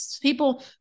people